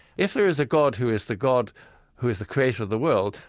if there is a god who is the god who is the creator of the world,